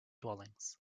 dwellings